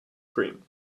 cream